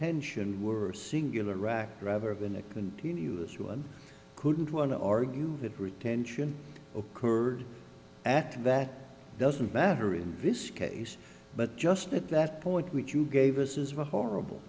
retention were a singular rock rather than a continuous one couldn't one argue that retention occurred at that doesn't matter in this case but just at that point which you gave us as a horrible